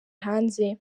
hanze